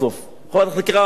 ועדת חקירה ממלכתית,